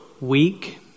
weak